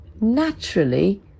naturally